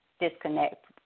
disconnect